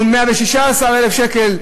מול 116,000 שקל,